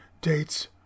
dates